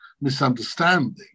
misunderstanding